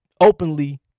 openly